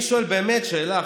ואני שואל באמת שאלה,